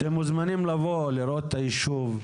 אתם מוזמנים לבוא לראות את היישוב,